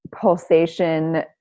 pulsation